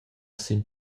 sin